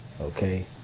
okay